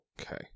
Okay